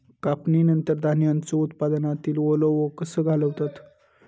कापणीनंतर धान्यांचो उत्पादनातील ओलावो कसो घालवतत?